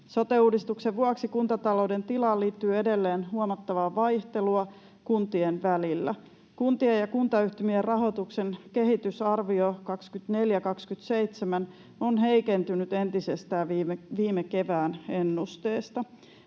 Sote-uudistuksen vuoksi kuntatalouden tilaan liittyy edelleen huomattavaa vaihtelua kuntien välillä. Kuntien ja kuntayhtymien rahoituksen kehitysarvio 24—27 on heikentynyt entisestään viime kevään ennusteesta.